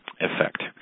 effect